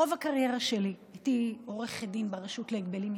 רוב הקריירה שלי הייתי עורכת דין ברשות להגבלים עסקיים,